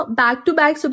back-to-back